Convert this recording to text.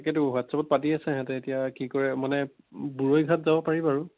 তাকেইতো হোৱাটছআপত পাতি আছে সিহঁতে এতিয়া কি কৰে মানে বুৰৈঘাট যাব পাৰি বাৰু